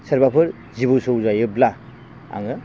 सोरबाफोर जिबौ सौजायोब्ला आङो